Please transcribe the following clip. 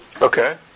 Okay